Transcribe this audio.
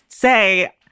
say